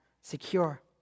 secure